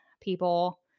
people